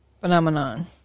phenomenon